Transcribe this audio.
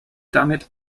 damit